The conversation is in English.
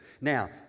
Now